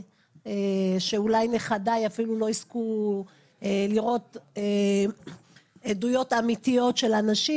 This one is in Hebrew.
שאולי נכדיי אפילו לא יזכו לראות עדויות אמיתיות של אנשים,